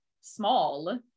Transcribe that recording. small